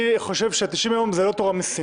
וכדומה.